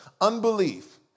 unbelief